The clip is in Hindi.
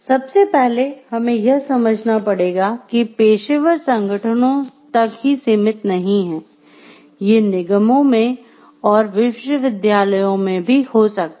सबसे पहले हमें यह समझना पड़ेगा कि ये पेशेवर संगठनों तक ही सीमित नहीं है ये निगमों में और विश्वविद्यालयों में भी हो सकता हैं